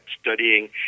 studying